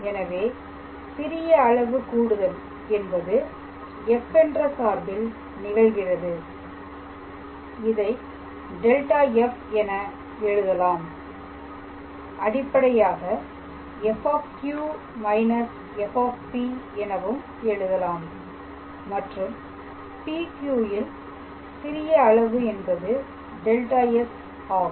எனவே சிறிய அளவு கூடுதல் என்பது f என்ற சார்பில் நிகழ்கிறது இதை δf என எழுதலாம் அடிப்படையாக f − f எனவும் எழுதலாம் மற்றும் PQ ல் சிறிய அளவு என்பது δs ஆகும்